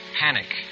Panic